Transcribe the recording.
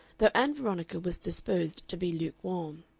though ann veronica was disposed to be lukewarm.